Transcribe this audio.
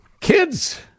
Kids